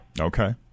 Okay